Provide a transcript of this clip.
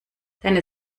deine